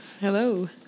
Hello